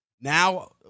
Now